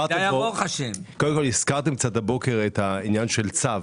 הזכרתם הבוקר את הצו.